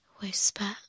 Whisper